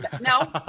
No